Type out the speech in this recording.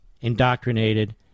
indoctrinated